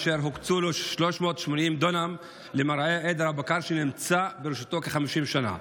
אשר הוקצו לו 380 דונם למרעה עדר הבקר שנמצא ברשותו כ-50 שנה.